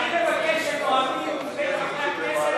אני מבקש שהנואמים מבין חברי הכנסת,